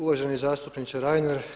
Uvaženi zastupniče Reiner.